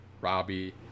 Robbie